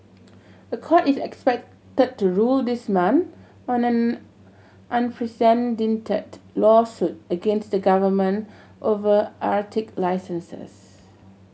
a court is expected to rule this month on an unprecedented lawsuit against the government over Arctic licenses